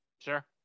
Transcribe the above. sure